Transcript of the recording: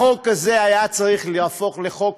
החוק הזה היה צריך להפוך לחוק,